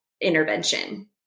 intervention